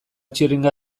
txirringa